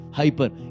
hyper